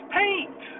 paint